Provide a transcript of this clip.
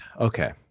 Okay